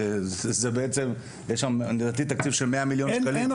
כי לדעתי יש שם תקציב של כ-100 מיליון ₪.